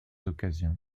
occasions